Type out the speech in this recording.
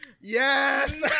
yes